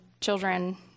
children